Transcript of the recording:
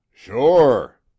sure